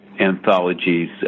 anthologies